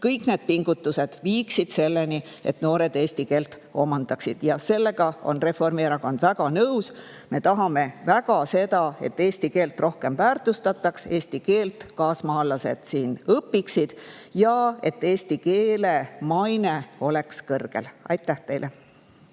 kõik tehtavad pingutused viiksid selleni, et noored eesti keele omandaksid. Sellega on Reformierakond väga nõus. Me tahame väga seda, et eesti keelt rohkem väärtustataks, et meie kaasmaalased seda õpiksid ja et eesti keele maine oleks kõrge. Aitäh teile!